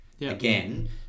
again